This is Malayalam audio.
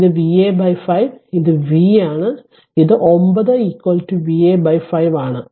ഇത് Va 5 ഇത് V ആണ് ഇത് 9 Va 5 ആണ്